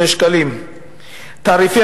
1,000. בערך 1,000 תלמידים,